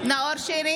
נא לצאת.